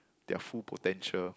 their full potential